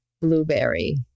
Blueberry